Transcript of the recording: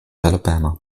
alabama